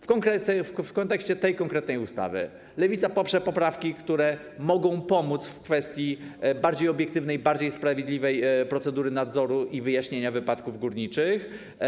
W kontekście tej konkretnej ustawy - Lewica poprze poprawki, które mogą pomóc w kwestii bardziej obiektywnej i bardziej sprawiedliwej procedury nadzoru i wyjaśniania wypadków górniczych.